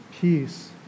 peace